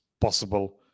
possible